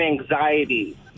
anxiety